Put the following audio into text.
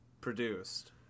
produced